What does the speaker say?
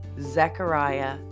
Zechariah